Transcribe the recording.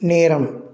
நேரம்